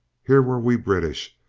here were we british,